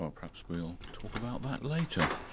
um perhaps we'll talk about that later.